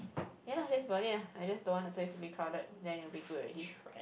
ya lah that's about it lah I just don't what the place to be crowded then you will be good already